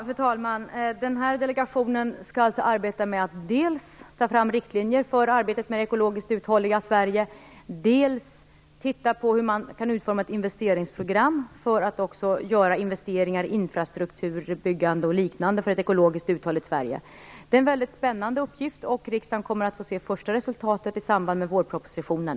Fru talman! Delegationen skall arbeta för att dels ta fram riktlinjer för arbetet med det ekologiskt uthålliga Sverige, dels se på om man kan utforma ett investeringsprogram för investeringar i infrastrukturuppbyggande och liknande för ett ekologiskt uthålligt Det är en väldigt spännande uppgift. Riksdagen kommer att få se det första resultatet i samband med vårpropositionen.